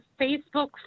Facebook